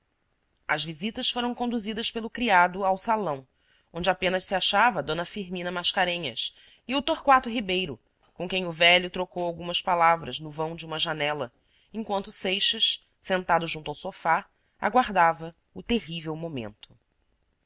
as visitas foram conduzidas pelo criado ao salão onde apenas se achava d firmina mascarenhas e o torquato ribeiro com quem o velho trocou algumas palavras no vão de uma janela enquanto seixas sentado junto ao sofá aguardava o terrível momento